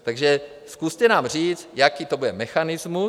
Takže zkuste nám říct, jaký to bude mechanismus.